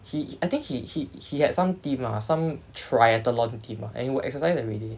he I think he he he had some team lah some triathlon team ah and he will exercise everyday